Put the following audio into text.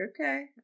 Okay